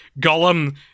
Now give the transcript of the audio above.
gollum